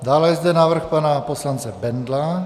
Dále je zde návrh pana poslance Bendla.